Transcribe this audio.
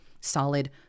solid